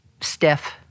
stiff